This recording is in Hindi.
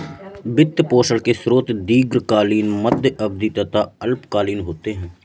वित्त पोषण के स्रोत दीर्घकालिक, मध्य अवधी तथा अल्पकालिक होते हैं